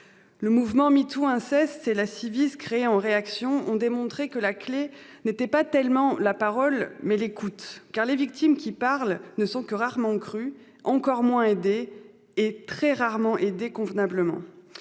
Le mouvement #MeTooInceste et la Ciivise, créée en réaction, ont démontré que la clé n'était pas tant la parole que l'écoute, car les victimes qui parlent ne sont que rarement crues, encore moins aidées convenablement,